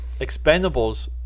Expendables